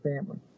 family